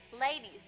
ladies